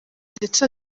ndetse